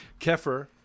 Kefir